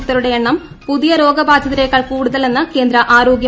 മുക്തരുടെ എണ്ണം പുതിയ രോഗബാധിതരേക്കാൾ കൂടുതലെന്ന് കേന്ദ്ര ആരോഗൃ മന്ത്രാലയം